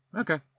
Okay